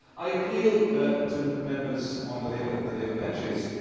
i appeal to members on the labour the labour benches.